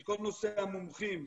כל נושא המומחים,